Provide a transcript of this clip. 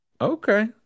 Okay